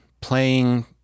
playing